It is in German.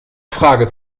frage